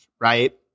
right